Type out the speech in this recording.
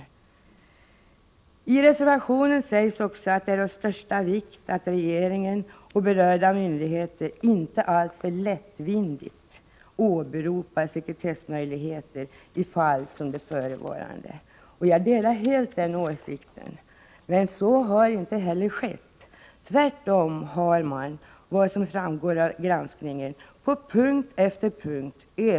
I reservationen sägs också att det är av största vikt att regeringen och berörda myndigheter ”inte alltför lättvindigt” åberopar sekretessmöjligheter i fall som de förevarande. Jag delar helt den åsikten. Men så har inte heller skett. Tvärtom har sekretessbesluten, som framgår av granskningen, övervägts på punkt efter punkt.